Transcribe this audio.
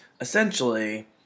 Essentially